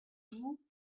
vous